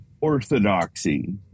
orthodoxy